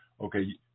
okay